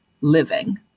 living